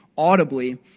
Audibly